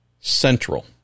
central